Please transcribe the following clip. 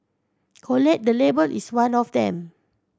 collate the label is one of them